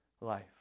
life